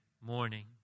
morning